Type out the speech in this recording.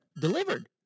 delivered